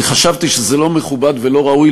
כי חשבתי שזה לא מכובד ולא ראוי,